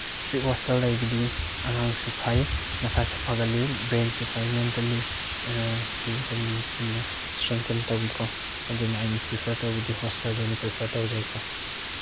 strict hostel ꯂꯩꯕꯗꯤ ꯑꯉꯥꯡꯁꯨ ꯐꯩ ꯃꯁꯥꯁꯨ ꯐꯒꯠꯂꯤ ꯕ꯭ꯔꯦꯟꯁꯨ ꯐꯩ ꯃꯦꯟꯇꯦꯂꯤ ꯐꯤꯖꯤꯀꯦꯜꯂꯤ ꯑꯗꯨꯅ ꯏꯁꯇ꯭ꯔꯦꯡꯊꯟ ꯇꯧꯋꯤꯀꯣ ꯑꯗꯨꯅ ꯑꯩꯅ ꯄ꯭ꯔꯤꯐꯔ ꯇꯧꯕꯗꯤ ꯍꯣꯁꯇꯦꯜꯗꯅ ꯄ꯭ꯔꯤꯐꯔ ꯇꯧꯖꯩꯀꯣ